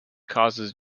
causes